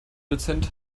dozent